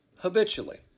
habitually